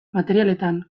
materialetan